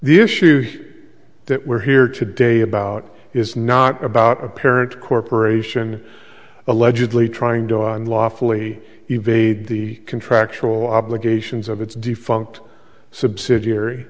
the issues that we're here today about is not about a parent corporation allegedly trying to unlawfully evade the contractual obligations of its defunct subsidiary